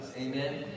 Amen